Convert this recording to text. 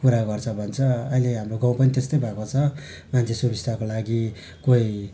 कुरा गर्छ भन्छ अहिले हाम्रो गाउँ पनि त्यस्तै भएको छ मान्छे सुविस्ताको लागि कोही